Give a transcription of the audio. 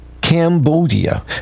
Cambodia